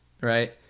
right